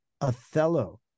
othello